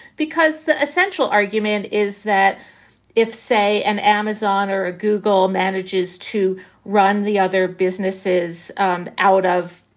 because the essential argument is that if, say, an amazon or a google manages to run the other businesses um out of